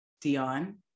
Dion